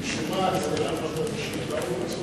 אז יש איזו טעות,